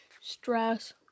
stress